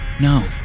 no